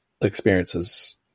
experiences